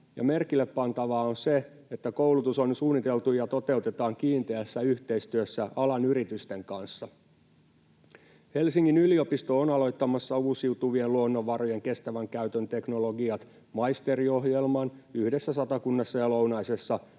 merkille pantavaa on se, että koulutus on suunniteltu ja toteutetaan kiinteässä yhteistyössä alan yritysten kanssa. Helsingin yliopisto on aloittamassa uusiutuvien luonnonvarojen kestävän käytön teknologiat -maisteriohjelman tiiviissä yhteistyössä Satakunnassa ja lounaisessa